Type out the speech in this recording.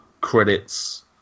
credits